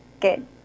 Good